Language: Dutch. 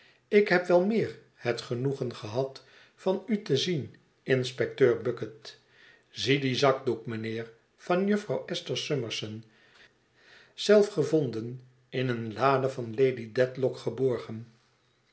ik heb wel meer het genoegen gehad van u te zien inspecteur bucket zie dien zakdoek mijnheer van jufvrouw esther summerson zelf gevonden in een lade van lady dedlock geborgen